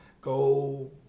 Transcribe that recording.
go